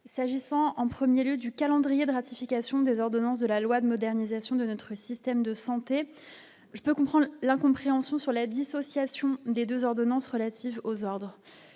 s'agissant en 1er lieu du calendrier de ratification des ordonnances de la loi de modernisation de notre système de santé, je peux comprendre l'incompréhension sur la dissociation des 2 ordonnances relatives aux ordres,